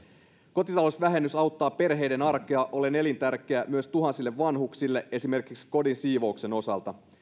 kotitalousvähennys auttaa perheiden arkea ollen elintärkeä myös tuhansille vanhuksille esimerkiksi kodin siivouksen osalta